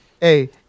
hey